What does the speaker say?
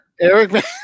Eric